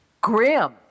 grim